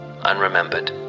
unremembered